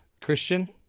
Christian